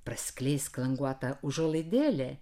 praskleisk languotą užuolaidėlę